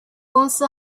公司